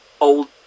old